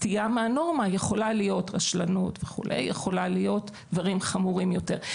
הסטייה מהנורמה יכולה להיות רשלנות או דברים חמורים יותר.